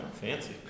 Fancy